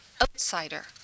outsider